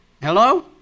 Hello